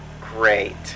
Great